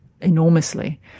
enormously